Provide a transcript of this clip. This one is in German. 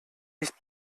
nicht